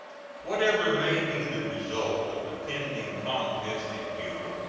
whatever may be the result of the pending contest in cuba,